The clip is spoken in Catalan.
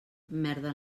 merda